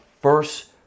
first